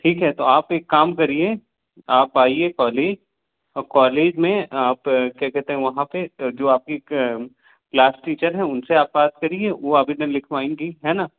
ठीक है तो आप एक काम करिए आप आइए पहले कॉलेज में आप क्या कहते है वहाँ पर जो आपकी क्लास टीचर हैं उनसे आप बात करिए वह आवेदन लिखवाएंगी है न